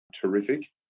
terrific